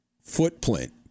footprint